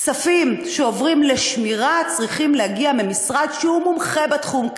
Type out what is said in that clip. כספים שעוברים לשמירה צריכים להגיע מהמשרד שהוא מומחה בתחום,